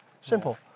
Simple